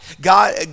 God